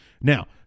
Now